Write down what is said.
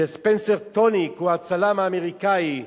שספנסר טוניק, הוא הצלם האמריקאי,